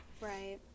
Right